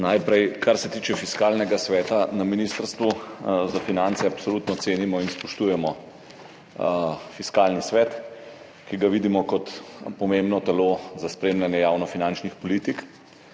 Najprej, kar se tiče Fiskalnega sveta. Na Ministrstvu za finance absolutno cenimo in spoštujemo Fiskalni svet, ki ga vidimo kot pomembno telo za spremljanje javnofinančnih politik,